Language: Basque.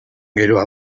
geroa